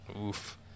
Oof